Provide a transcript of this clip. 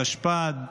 התשפ"ד 2024,